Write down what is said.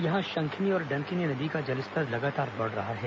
यहां शंखिनी और डंकिनी नदी का जलस्तर लगातार बढ़ रहा है